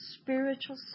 spiritual